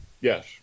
Yes